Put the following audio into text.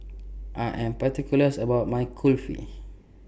I Am particulars about My Kulfi